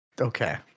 Okay